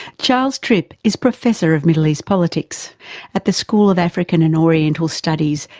charles tripp is professor of middle east politics at the school of african and oriental studies,